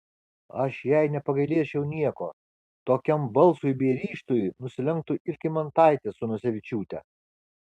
aš jai nepagailėčiau nieko tokiam balsui bei ryžtui nusilenktų ir kymantaitė su nosevičiūte